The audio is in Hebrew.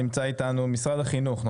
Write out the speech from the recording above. נמצא איתנו אהרון שחר ממשרד החינוך.